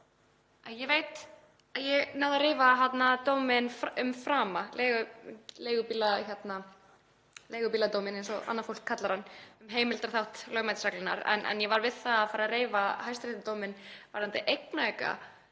einn dóm. Ég náði að reifa dóminn um Frama, leigubíladóminn, eins og annað fólk kallar hann, um heimildarþátt lögmætisreglunnar, og ég var við það að fara að reifa hæstaréttardóminn varðandi Eignaauka,